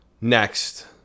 next